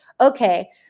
okay